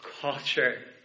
culture